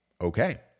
Okay